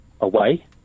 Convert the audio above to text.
Away